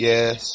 Yes